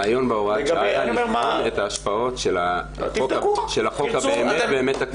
הרעיון בהוראת שעה היה לבחון את ההשפעות של החוק הבאמת תקדימי הזה.